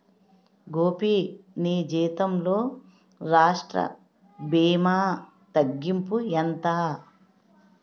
గోపీ నీ జీతంలో రాష్ట్ర భీమా తగ్గింపు ఎంత